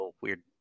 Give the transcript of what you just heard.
weird